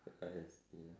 I see